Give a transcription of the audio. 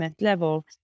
level